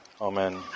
Amen